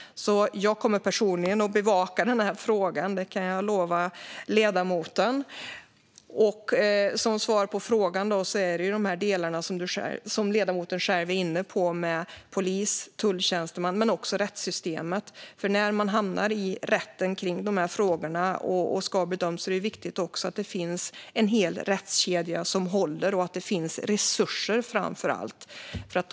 Jag kommer personligen att bevaka frågan; det kan jag lova ledamoten. Som svar på frågan handlar det om de delar som ledamoten själv är inne på: polis och tulltjänstemän men också rättssystemet. När frågorna hamnar i rätten och ska bedömas är det viktigt att det finns en hel rättskedja som håller och att det framför allt finns resurser.